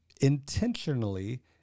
intentionally